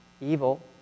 Evil